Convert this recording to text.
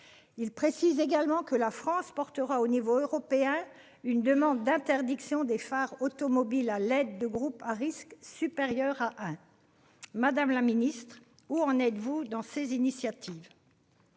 Il précise également que la France portera au niveau européen une demande d'interdiction des phares automobiles à l'aide de groupes à risque supérieur à 1. Madame la Ministre où en êtes-vous dans ses initiatives.